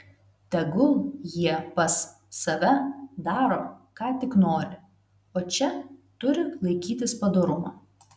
tegul jie pas save daro ką tik nori o čia turi laikytis padorumo